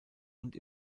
und